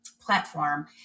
platform